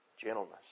gentleness